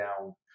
down